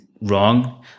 wrong